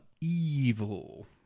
evil